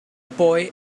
boy